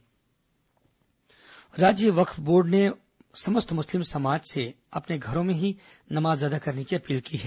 corona वक्फ board appeal राज्य वक्फ बोर्ड ने समस्त मुस्लिम समाज से अपने घरों में ही नमाज अदा करने की अपील की है